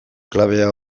klabea